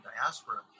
diaspora